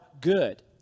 good